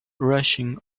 rushing